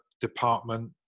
department